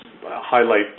highlight